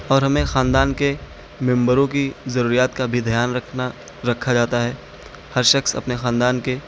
اور ہمیں خاندان کے ممبروں کی ضروریات کا بھی دھیان رکھنا رکھا جاتا ہے ہر شخص اپنے خاندان کے